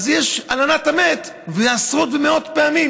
אז יש הלנת המת עשרות ומאות פעמים,